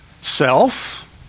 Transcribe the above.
self